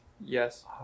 yes